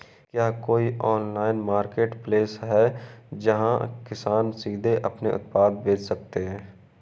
क्या कोई online marketplace है जहाँ किसान सीधे अपने उत्पाद बेच सकते हैं?